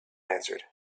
answered